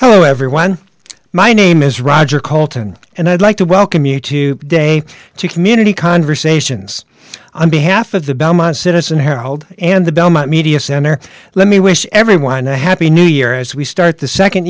hello everyone my name is roger colton and i'd like to welcome you to day two community conversations on behalf of the belmont citizen herald and the belmont media center let me wish everyone a happy new year as we start the